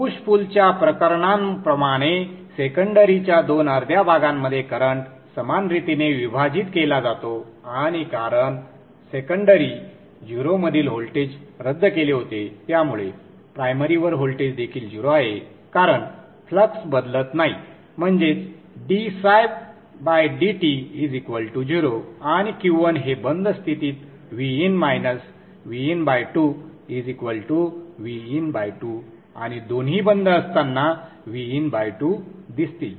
push पुलच्या प्रकरणांप्रमाणे सेकंडरीच्या दोन अर्ध्या भागामध्ये करंट समान रीतीने विभाजित केला जातो आणि कारण सेकंडरी 0 मधील व्होल्टेज रद्द केले होते त्यामुळे प्रायमरीवर व्होल्टेज देखील 0 आहे कारण फ्लक्स बदलत नाही म्हणजेच ddt0 आणि Q1 हे बंद स्थितीत Vin Vin2Vin2 आणि दोन्ही बंद असताना Vin2 दिसतील